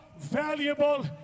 valuable